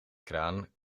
kraan